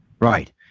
Right